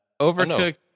Overcooked